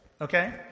okay